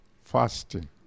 fasting